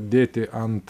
dėti ant